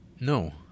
No